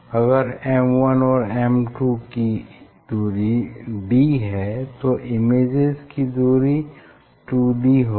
अगर M1 और M2 की दूरी d है तो इमेजेज की दूरी 2d होगी